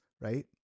right